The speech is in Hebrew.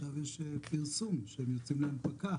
עכשיו יש פרסום שהם יוצאים להנפקה.